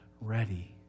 ready